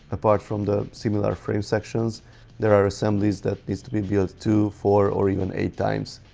apart from the similar frame sections there are assemblies that needs to be built two, four, or even eight times!